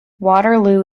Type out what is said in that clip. waterloo